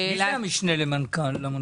מי זה המשנה למנכ"ל?